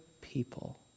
people